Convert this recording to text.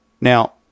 Now